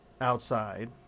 outside